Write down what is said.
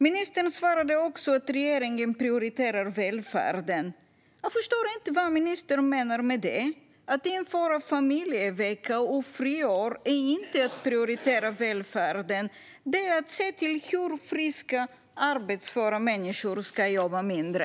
Ministern svarade också att regeringen prioriterar välfärden. Jag förstår inte vad ministern menar med det. Att införa familjevecka och friår är inte att prioritera välfärden. Det är att se till att friska, arbetsföra människor jobbar mindre.